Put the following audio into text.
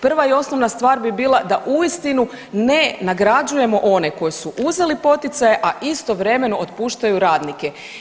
Prva i osnovna stvar bi bila da uistinu ne nagrađujemo one koji su uzeli poticaje, a istovremeno otpuštaju radnike.